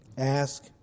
Ask